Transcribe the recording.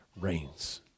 reigns